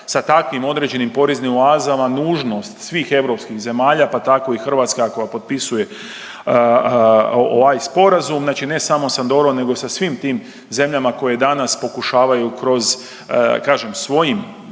sa takvim određenim poreznim oazama nužnost svih europskih zemalja, pa tako i Hrvatska koja potpisuje ovaj sporazum, znači ne samo sa Andorom nego sa svim tim zemljama koje danas pokušavaju kroz kažem svojim